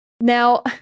Now